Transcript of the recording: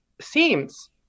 seems